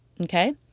Okay